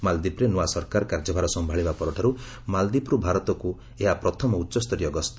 ମାଳଦ୍ୱୀପରେ ନୂଆ ସରକାର କାର୍ଯ୍ୟଭାର ସମ୍ଭାଳିବା ପରଠାରୁ ମାଳଦ୍ୱୀପରୁ ଭାରତକୁ ଏହା ପ୍ରଥମ ଉଚ୍ଚସ୍ତରୀୟ ଗସ୍ତ